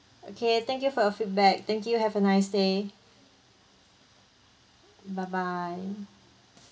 okay thank you for your feedback thank you have a nice day bye bye